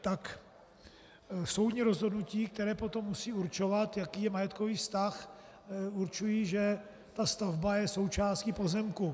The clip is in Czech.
tak soudní rozhodnutí, která potom musí určovat, jaký je majetkový vztah, určují, že ta stavba je součástí pozemku.